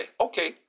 okay